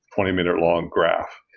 twenty meter long graph.